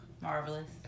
Marvelous